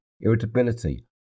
irritability